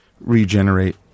regenerate